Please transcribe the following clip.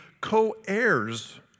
co-heirs